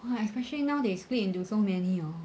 !wah! especially now they split into so many you know